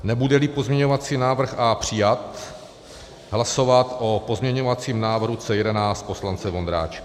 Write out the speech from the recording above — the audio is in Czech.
Nebudeli pozměňovací návrh A přijat, hlasovat o pozměňovacím návrhu C11 poslance Vondráčka.